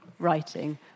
Writing